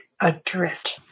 adrift